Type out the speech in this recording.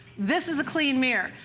this is a clean air.